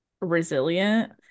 resilient